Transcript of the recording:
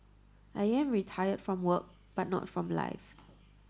I am retired from work but not from life